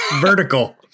Vertical